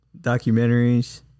documentaries